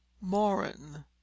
Morin